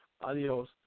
Adios